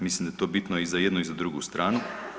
Mislim da je to bitno i za jednu i za drugu stranu.